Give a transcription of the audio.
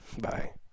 Bye